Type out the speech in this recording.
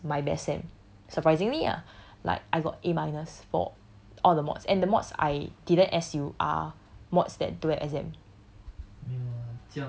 but last sem was my best sem surprisingly ah like I got a minus for all the mods and the mods I didn't S_U_R mods that don't have exam